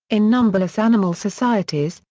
in numberless animal societies,